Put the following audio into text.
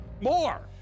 More